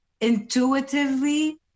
intuitively